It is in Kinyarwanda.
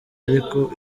ariko